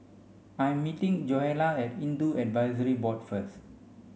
I'm meeting Joella at Hindu Advisory Board first